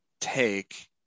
take